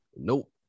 nope